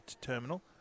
terminal